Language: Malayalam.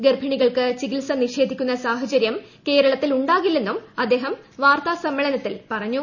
ഗർഭിണികൾക്ക് ചികിത്സ നിഷേധിക്കുന്നു സാഹചര്യം കേരളത്തിൽ ഉണ്ടാകില്ലെന്നും അദ്ദേഹം വാർത്താ സമ്മേളനത്തിൽ പറഞ്ഞു